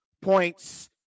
points